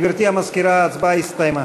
גברתי המזכירה, ההצבעה הסתיימה.